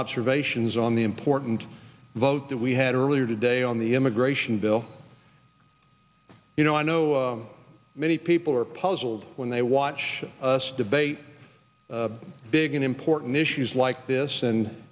observations on the important vote that we had earlier today on the immigration bill you know i know many people are puzzled when they watch us debate big and important issues like this and